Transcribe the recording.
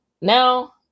Now